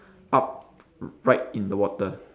up right in the water